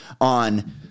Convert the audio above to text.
on